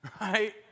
Right